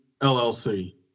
LLC